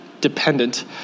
dependent